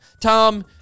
Tom